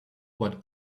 what